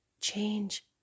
change